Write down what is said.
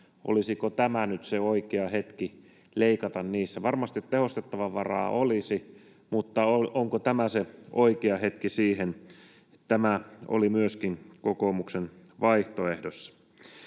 olisiko tämä nyt se oikea hetki leikata niistä? Varmasti tehostamisen varaa olisi, mutta onko tämä se oikea hetki siihen? Tämä oli myöskin kokoomuksen vaihtoehdossa.